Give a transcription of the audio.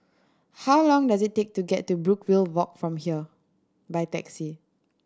how long does it take to get to Brookvale Walk from here by taxi